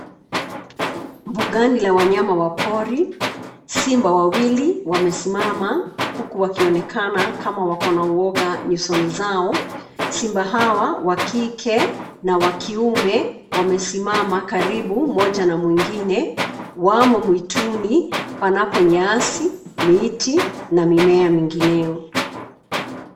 Mbugani la wanyama wa pori, simba wawili wamesimama, huku wakionekana kama wako na uwoga nyusoni zao, simba hawa wa kike, na wa kiume, wamesimama karibu mmoja na mwingine, wamo mwituni, panapo nyasi, miti, na mimea mingineyo.